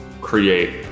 create